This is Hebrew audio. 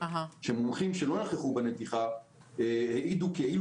שמומחים שלא נכחו בנתיחה העידו כאילו